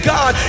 God